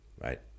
right